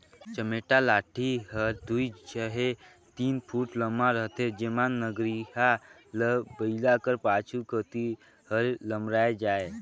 चमेटा लाठी हर दुई चहे तीन फुट लम्मा रहथे जेम्हा नगरिहा ल बइला कर पाछू कती हर लमराए जाए